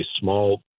small